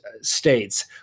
states